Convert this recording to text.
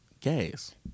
gays